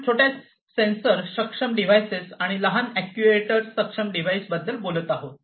आपण छोट्या सेन्सर सक्षम डिव्हाइसेस आणि लहान अॅक्ट्यूएटर सक्षम डिव्हाइसबद्दल बोलत आहोत